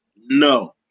No